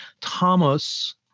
Thomas